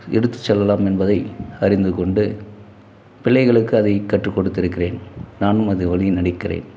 எடுத்து செல்லலாம் என்பதை அறிந்துகொண்டு பிள்ளைகளுக்கு அதை கற்றுக்கொடுத்துருக்கிறேன் நானும் அது வழியில் நடிக்கிறேன்